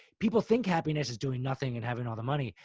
people think happiness is doing nothing and having all the money.